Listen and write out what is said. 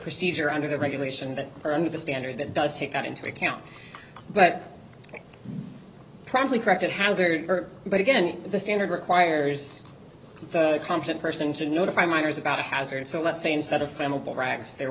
procedure under the regulations that are under the standard that does take that into account but probably correct at hazard but again the standard requires a competent person to notify miners about a hazard so let's say instead of